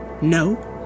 No